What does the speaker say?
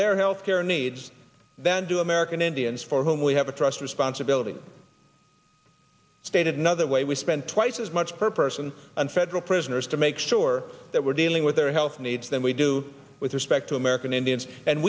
their health care needs than do american indians for whom we have a trust responsibility stated another way we spend twice as much per person on federal prisoners to make sure that we're dealing with their health needs than we do with respect to american indians and